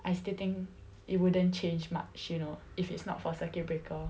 I still think it wouldn't change much you know if it's not for circuit breaker